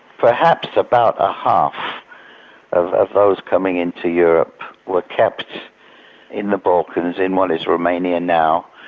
perhaps about a half of those coming into europe were kept in the balkans in what is romania now,